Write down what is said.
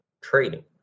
trading